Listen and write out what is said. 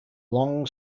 long